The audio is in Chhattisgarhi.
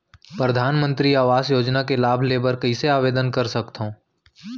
परधानमंतरी आवास योजना के लाभ ले बर कइसे आवेदन कर सकथव?